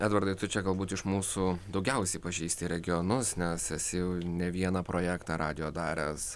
edvardai tu čia galbūt iš mūsų daugiausiai pažįsti regionus nes esi jau ne vieną projektą radijo daręs